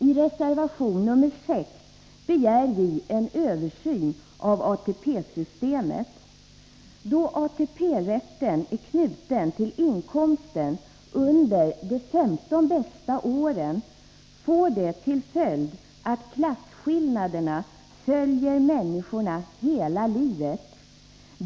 I reservation 6 begär vi en översyn av ATP-systemet. Då ATP-rätten är knuten till inkomsten under de 15 bästa arbetsåren i inkomsthänseende, får det till följd att klasskillnaderna följer människorna hela livet.